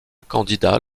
candidat